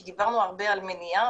כי דיברנו הרבה על מניעה,